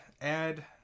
add